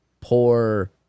poor